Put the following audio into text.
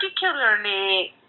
particularly